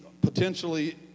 potentially